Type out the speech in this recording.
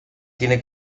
tiene